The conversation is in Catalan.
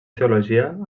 teologia